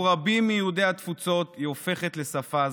בעבור רבים מיהודי התפוצות היא הופכת לשפה זרה.